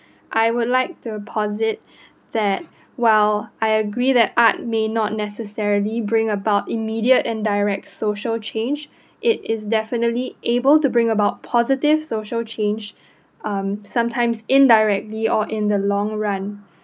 I would like to posit that while I agree that art may not necessarily bring about immediate and direct social change it is definitely able to bring about positive social change um sometimes indirectly or in the long run